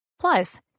Plus